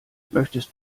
möchtest